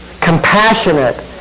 compassionate